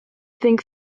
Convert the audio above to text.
think